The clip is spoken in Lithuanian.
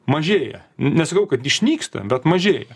mažėja nesakau kad išnyksta bet mažėja